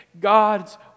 God's